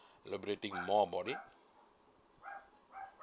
elaborating more about it